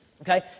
Okay